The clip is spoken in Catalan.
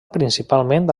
principalment